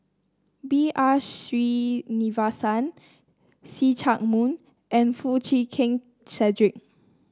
B R Sreenivasan See Chak Mun and Foo Chee Keng Cedric